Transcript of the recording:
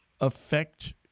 affect